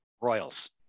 Royals